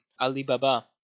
Alibaba